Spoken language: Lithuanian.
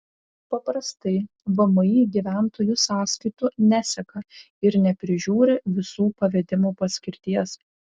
paprastai vmi gyventojų sąskaitų neseka ir neprižiūri visų pavedimų paskirties